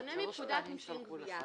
בשונה מפקודת מסים (גבייה),